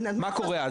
מה קורה אז?